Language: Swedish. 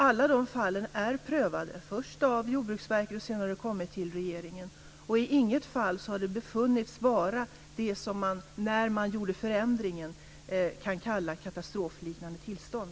Alla fallen har prövats först av Jordbruksverket och sedan av regeringen. I inget fall har det befunnits vara det som man - när man genomförde förändringen - kan kalla katastrofliknande tillstånd.